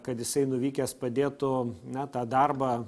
kad jisai nuvykęs padėtų na tą darbą